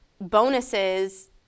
bonuses